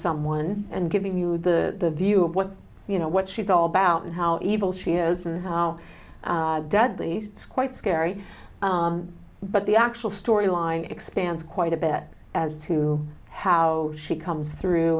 someone and giving you the view of what you know what she's all about and how evil she is and how deadly quite scary but the actual story line expands quite a bit as to how she comes through